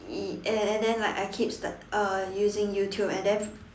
y~ and and then like I keeps like uh using YouTube and then